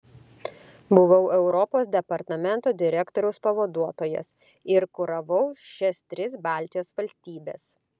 buvau europos departamento direktoriaus pavaduotojas ir kuravau šias tris baltijos valstybes